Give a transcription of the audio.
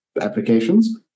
applications